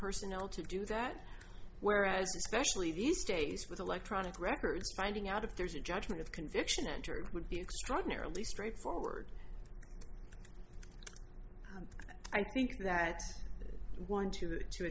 personnel to do that whereas especially these days with electronic records finding out if there's a judgment of conviction entered it would be extraordinarily straightforward i think that one too to